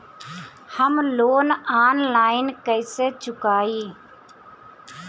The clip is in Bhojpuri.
हम लोन आनलाइन कइसे चुकाई?